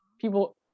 people